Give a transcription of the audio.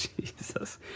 Jesus